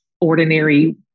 ordinary